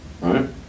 right